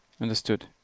understood